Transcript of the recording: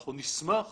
ואנחנו נשמח